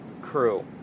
crew